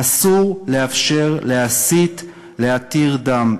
אסור לאפשר להסית להתיר דם.